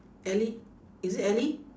ellie